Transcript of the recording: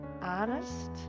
honest